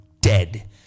dead